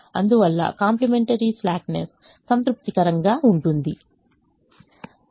అందువల్ల complementary slackness సంతృప్తికరంగా ఉంటుంది